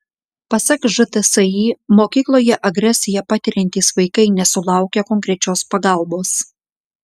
pasak žtsi mokykloje agresiją patiriantys vaikai nesulaukia konkrečios pagalbos